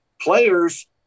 Players